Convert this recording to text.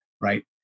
Right